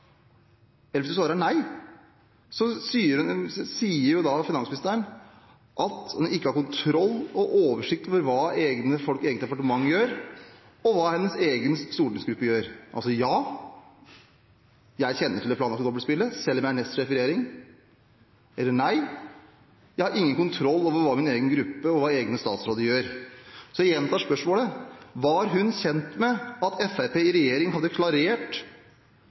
nei, sier finansministeren at hun ikke har kontroll og oversikt over hva egne folk i eget departement gjør, og hva hennes egen stortingsgruppe gjør. Altså: Ja, jeg kjenner til det planlagte dobbeltspillet selv om jeg er nestsjef i regjering, eller: Nei, jeg har ingen kontroll over hva min egen gruppe og mine egne statsråder gjør. Så jeg gjentar spørsmålet: Var hun kjent med at Fremskrittspartiet i regjering hadde klarert